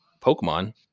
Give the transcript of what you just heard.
Pokemon